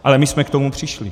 Ale my jsme k tomu přišli!